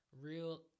Real